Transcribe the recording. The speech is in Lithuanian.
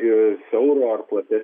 a siauro ar platesnio